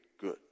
good